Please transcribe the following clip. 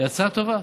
היא הצעה טובה.